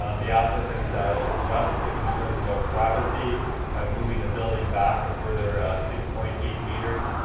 the applicant addressed the concerns about privacy by moving the building back a further six point eight meters.